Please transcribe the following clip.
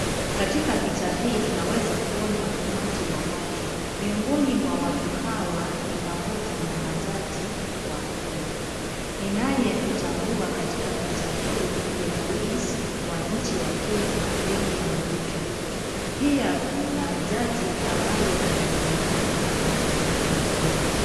Katika picha hii tunaweza kuona umati wa watu, miongoni mwa watu hawa ni pamoja na majaji wakuu. Ninaye mtambua katika picha hii ni rais wa nchi ya Kenya William Ruto. Pia kuna jaji ambaye anayejulikana kama Philomena Mwilu.